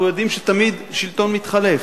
אנחנו יודעים שתמיד שלטון מתחלף.